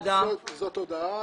באה עכשיו בגלל הפריימריז.